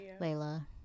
Layla